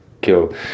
kill